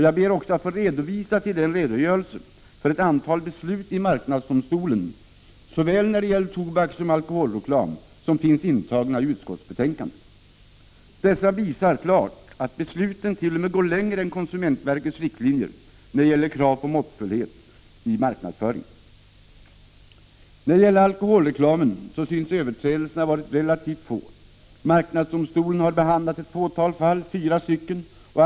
Jag ber också att få hänvisa till den redogörelse för ett antal beslut i marknadsdomstolen beträffande såväl tobakssom alkoholreklam som finns intagen i utskottsbetänkandet. Det framgår klart att besluten t.o.m. går längre än konsumentverkets riktlinjer när det gäller krav på måttfullhet i marknadsföringen. I fråga om alkoholreklamen synes överträdelserna ha varit relativt få. Marknadsdomstolen har behandlat ett fåtal fall — endast fyra.